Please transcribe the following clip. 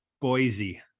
Boise